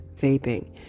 vaping